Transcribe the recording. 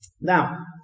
Now